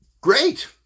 great